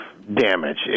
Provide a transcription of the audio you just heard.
Damage